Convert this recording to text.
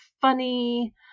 funny